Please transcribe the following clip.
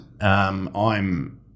I'm-